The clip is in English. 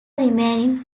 remaining